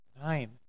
Nine